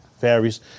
varies